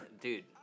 Dude